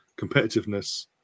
competitiveness